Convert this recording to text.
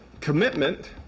commitment